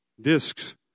discs